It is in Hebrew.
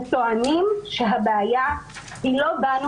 אנחנו טוענים שהבעיה היא לא בנו,